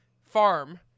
farm